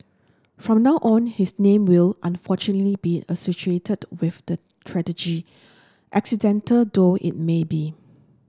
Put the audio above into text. from now on his name will unfortunately be with the tragedy accidental though it may be